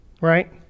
Right